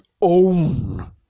own